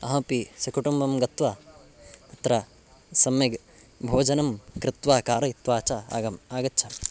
अहमपि सकुटुम्बं गत्वा तत्र सम्यग् भोजनं कृत्वा कारयित्वा च आगम् आगच्छामि